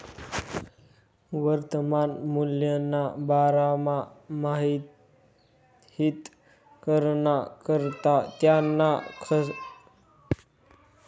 वर्तमान मूल्यना बारामा माहित कराना करता त्याना सखोल आभ्यास करना पडस